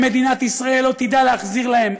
אם מדינת ישראל לא תדע להחזיר להם,